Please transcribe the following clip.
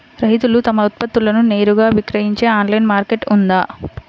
రైతులు తమ ఉత్పత్తులను నేరుగా విక్రయించే ఆన్లైను మార్కెట్ ఉందా?